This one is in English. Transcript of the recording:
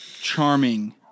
charming